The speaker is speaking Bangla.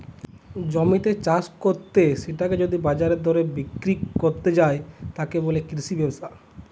জমিতে চাষ কত্তে সেটাকে যদি বাজারের দরে বিক্রি কত্তে যায়, তাকে বলে কৃষি ব্যবসা